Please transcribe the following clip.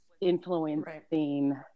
influencing